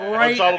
right